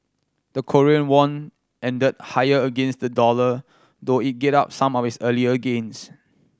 the Korean won ended higher against the dollar though it gave up some of its earlier gains